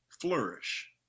flourish